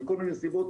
מכל מיני סיבות,